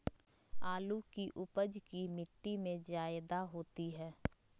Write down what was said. आलु की उपज की मिट्टी में जायदा होती है?